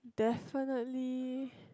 definitely